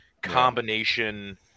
combination –